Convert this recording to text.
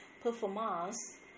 performance